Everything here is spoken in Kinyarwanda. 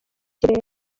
kirere